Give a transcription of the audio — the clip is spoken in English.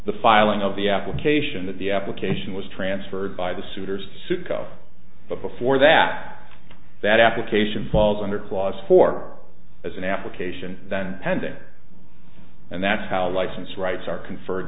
the filing of the application that the application was transferred by the suitor's sukkot but before that that application falls under clause four as an application then pending and that's how license rights are confer